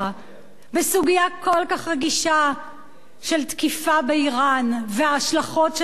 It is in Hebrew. בסוגיה כל כך רגישה של תקיפה באירן וההשלכות שלה על העורף,